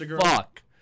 fuck